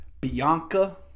Bianca